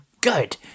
good